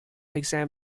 exam